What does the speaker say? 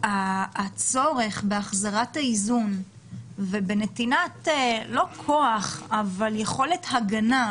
הצורך בהחזרת האיזון ובנתינת יכולת הגנה,